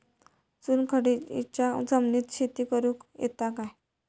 चुनखडीयेच्या जमिनीत शेती करुक येता काय?